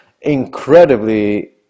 incredibly